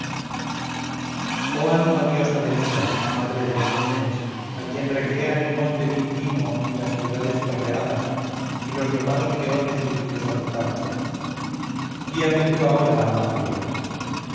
oh alma diosa del ida madre de los númenes a quien recrean el monte dindimo y las ciudades torreadas y los domados leones uncidos a tu carro guíame tú ahora a la pelea